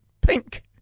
Pink